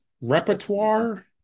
Repertoire